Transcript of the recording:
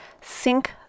sync